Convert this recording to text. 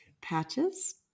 patches